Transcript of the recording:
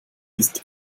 ist